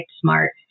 smart